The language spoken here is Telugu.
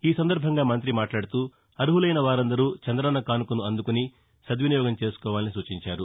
ఈ సందర్బంగా మంతి మాట్లాడుతూ అర్మలైన వారందరూ చంద్రన్న కానుకను అందుకుని సద్వినియోగం చేసుకోవాలని సూచించారు